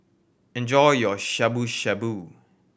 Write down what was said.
enjoy your Shabu Shabu